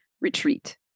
Retreat